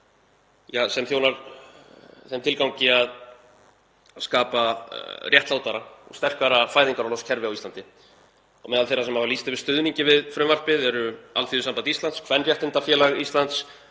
þeim tilgangi að skapa réttlátara og sterkara fæðingarorlofskerfi á Íslandi. Meðal þeirra sem hafa lýst yfir stuðningi við frumvarpið eru Alþýðusamband Íslands, Kvenréttindafélag Íslands,